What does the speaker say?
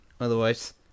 Otherwise